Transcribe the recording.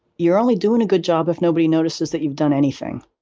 you're only doing a good job if nobody notices that you've done anything